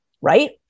right